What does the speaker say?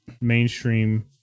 mainstream